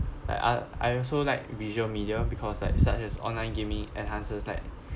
like I I also like visual media because like such as online gaming enhances like